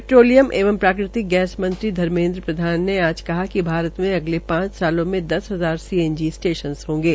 petroleum एवं प्राकृतिक गैस मंत्री धर्मेद्र प्रधान ने आज कहा कि भारत में अगले पांच वर्षो में दस हजार सीएनजी सटेशन होंगे